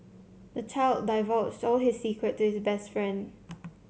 the child divulged all his secrets to his best friend